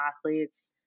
athletes